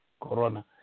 corona